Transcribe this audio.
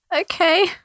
Okay